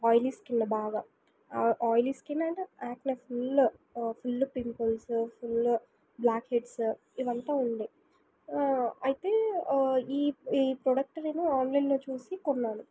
oily skin బాగా oily skin అంటే acne full full pimples full blackheads ఇవంతా ఉండే అయితే ఈ ఈ ప్రోడక్ట్ నేను ఆన్లైన్లో చూసి కొన్నాను